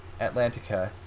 Atlantica